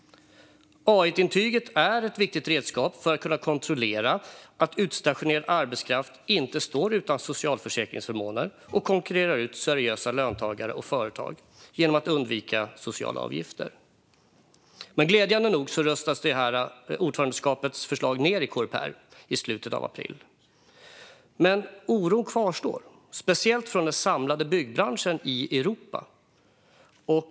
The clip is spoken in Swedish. Glädjande nog röstades ordförandeskapets förslag ned i Coreper i slutet av april. Men oro kvarstår, speciellt från den samlade byggbranschen i Europa.